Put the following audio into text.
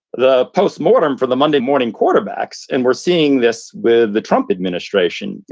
the post-mortem for the monday morning quarterbacks and we're seeing this with the trump administration,